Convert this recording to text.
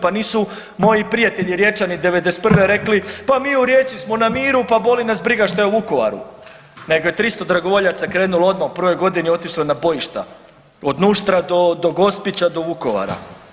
Pa nisu moji prijatelji Riječani 91. rekli pa mi u Rijeci smo na miru, pa boli nas briga što je u Vukovaru, nego je 300 dragovoljaca krenulo odmah u prvoj godini otišlo je na bojišta od Nuštra do Gospića, do Vukovara.